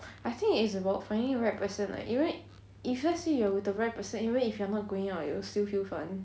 I think it's about finding the right person like even if let's say you are with the right person even if you are not going out you will still feel fun